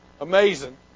amazing